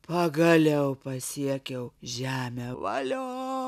pagaliau pasiekiau žemę valio